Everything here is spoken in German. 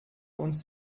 uns